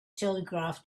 telegraph